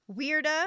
Weirda